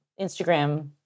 Instagram